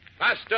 Faster